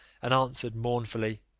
and answered mournfully,